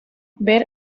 ver